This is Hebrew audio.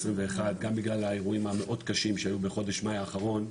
גם בגלל האירועים המאוד קשים שהיו בחודש מאי האחרון,